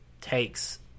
takes